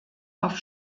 auf